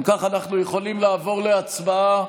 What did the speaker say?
אם ככה, אנחנו יכולים לעבור להצבעה.